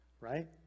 Right